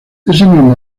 mismo